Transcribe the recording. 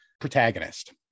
protagonist